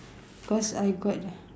cause I got